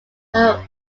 have